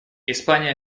испания